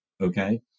Okay